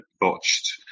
botched